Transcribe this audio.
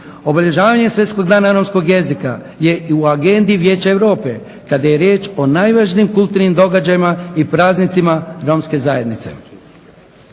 Obilježavanje dana Svjetskog dana romskog jezika je i u agendi Vijeća Europe kada je riječ o najvažnijim kulturnim događajima i praznicima romske zajednice.